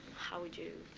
how would you